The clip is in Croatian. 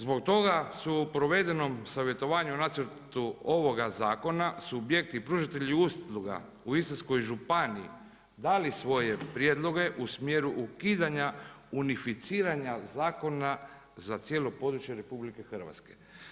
Zbog toga, su u provedenom savjetovanjem u nacrtu ovoga zakona, subjekti i pružatelji usluga u Istarskoj županiji dali svoje prijedloge u smjeru ukidanja, unificiranja zakona za cijelo područje RH.